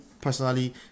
personally